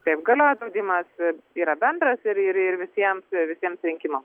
taip galioja draudimas ir yra bendras ir ir ir visiems visiems rinkimams